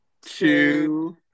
two